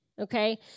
okay